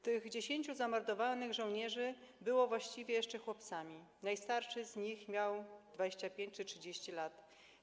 Tych 10 zamordowanych żołnierzy było właściwie jeszcze chłopcami, najstarszy z nich miał 25 czy 30 lat.